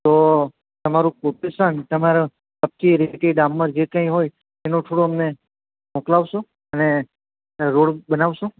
તો તમારું કોટેશન તમારા નક્કી રેતી ડામર જે કઈ હોય એનો થોડો અમને મોકલાવશો અને ને રોડ બનાવશો